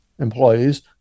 employees